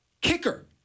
Kicker